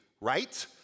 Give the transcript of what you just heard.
Right